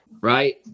Right